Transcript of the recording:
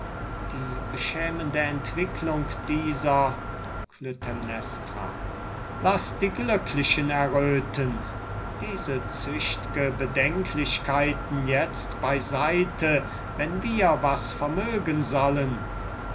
die beschämende entwicklung dieser klytämnestra laß die glücklichen erröthen diese zücht'ge bedenklichkeiten jetzt bei seite wenn wir was vermögen sollen